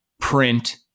print